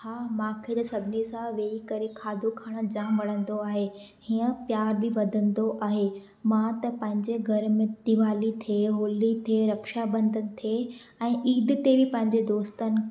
हा मूंखे त सभिनी सां वेही करे खाधो खण जाम वणंदो आहे हीअं प्यार बि वधंदो आहे मां त पंहिंजे घर में दिवाली थिए होली थिए रक्षाबंधन थिए ऐं ईद ते बि पंहिंजे दोस्तनि